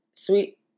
Sweet